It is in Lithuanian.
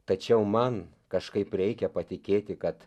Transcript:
tačiau man kažkaip reikia patikėti kad